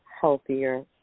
healthier